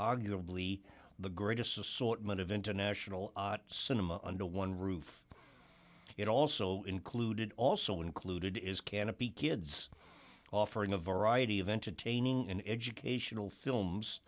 arguably the greatest assortment of international cinema under one roof it also included also included is canopy kids offering a variety of entertaining educational films